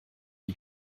die